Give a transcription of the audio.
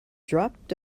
dropped